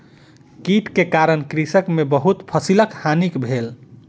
कीट के कारण कृषक के बहुत फसिलक हानि भेल